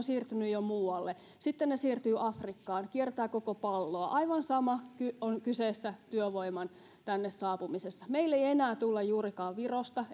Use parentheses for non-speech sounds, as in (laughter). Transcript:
(unintelligible) siirtyneet jo muualle sitten ne siirtyvät afrikkaan kiertävät koko palloa aivan sama on kyseessä työvoiman tänne saapumisessa meille ei ei enää tulla juurikaan virosta (unintelligible)